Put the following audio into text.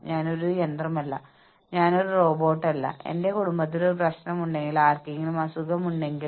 കൂടാതെ സമ്പദ്വ്യവസ്ഥയിലെ മാറ്റങ്ങളുമായി പൊരുത്തപ്പെടാനും ബുദ്ധിമുട്ടാണ്